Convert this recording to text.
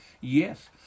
Yes